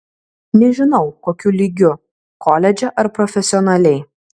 nežinau kokiu lygiu koledže ar profesionaliai